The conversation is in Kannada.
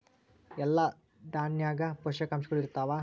ಎಲ್ಲಾ ದಾಣ್ಯಾಗ ಪೋಷಕಾಂಶಗಳು ಇರತ್ತಾವ?